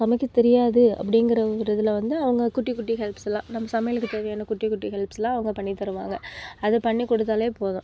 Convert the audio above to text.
சமைக்க தெரியாது அப்டிங்கிற ஒரு இதில் வந்து அவங்கள் குட்டி குட்டி ஹெல்ப்ஸ்லாம் நம்ம சமையலுக்கு தேவையான குட்டி குட்டி ஹெல்ப்ஸ்லாம் அவங்கள் பண்ணித் தருவாங்க அதை பண்ணி கொடுத்தாலே போதும்